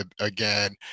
again